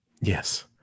Yes